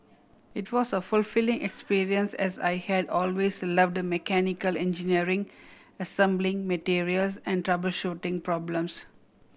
it was a fulfilling experience as I had always loved mechanical engineering assembling materials and troubleshooting problems